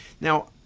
Now